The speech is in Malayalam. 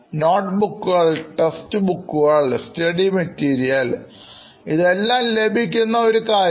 നോട്ടുബുക്കുകൾ ടെക്സ്റ്റ് ബുക്കുകൾ സ്റ്റഡി മെറ്റീരിയൽ ഇതെല്ലാം ലഭിക്കുന്ന ഒരു കാര്യം